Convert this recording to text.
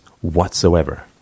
whatsoever